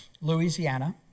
Louisiana